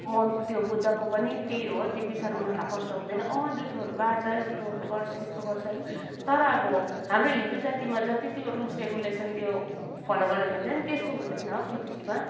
म त्यो बुद्धको पनि त्यही हो त्यति साह्रो उनीहरूलाई कष्ट हुँदैन जुठोहरू बार्छ यस्तोहरू गर्छ त्यस्तो गर्छ होइन तर अब हाम्रो हिन्दु जातिमा जति त्यो रुल्स रेगुलेसन यो फलो गरेको हुन्छ नि त्यस्तो हुँदैन बुद्धिस्टमा